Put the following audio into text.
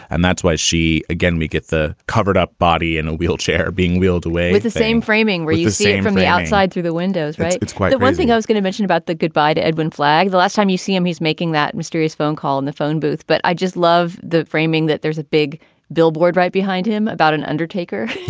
and that's why she again, we get the covered up body in a wheelchair being wheeled away with the same framing where you see from the outside through the windows right. it's quiet. one thing i was going to mention about the goodbye to edwin flagg, the last time you see him, he's making that mysterious phone call in the phone booth. but i just love the framing that there's a big billboard right behind him about an undertaker,